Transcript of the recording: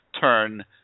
turn